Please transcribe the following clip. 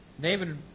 David